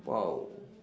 !wow!